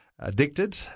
addicted